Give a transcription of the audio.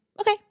Okay